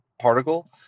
particle